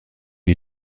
die